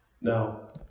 Now